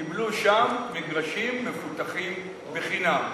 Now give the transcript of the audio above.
וקיבלו שם מגרשים מפותחים חינם.